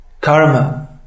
Karma